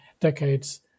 decades